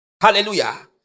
Hallelujah